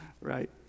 right